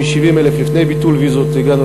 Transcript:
מ-70,000 לפני ביטול הוויזות הגענו